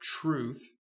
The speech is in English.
truth